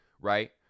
right